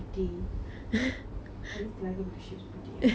I used to like her because she was pretty uh so lame right